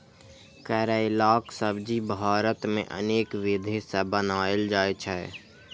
करैलाक सब्जी भारत मे अनेक विधि सं बनाएल जाइ छै